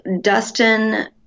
Dustin